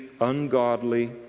ungodly